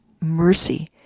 mercy